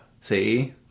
See